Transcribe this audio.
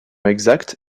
exacte